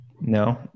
No